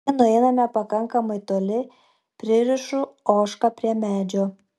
kai nueiname pakankamai toli pririšu ožką prie medžio